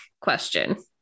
question